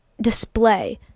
display